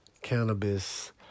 cannabis